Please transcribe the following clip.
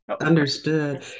Understood